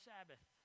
Sabbath